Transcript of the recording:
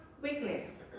weakness